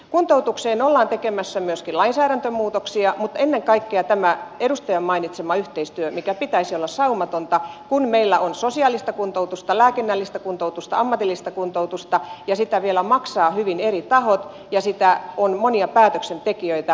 kuntoutukseen ollaan tekemässä myöskin lainsäädäntömuutoksia mutta ennen kaikkea tämän edustajan mainitseman yhteistyön pitäisi olla saumatonta kun meillä on sosiaalista kuntoutusta lääkinnällistä kuntoutusta ammatillista kuntoutusta ja niitä vielä maksavat hyvin eri tahot ja on monia päätöksentekijöitä